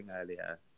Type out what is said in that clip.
earlier